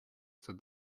said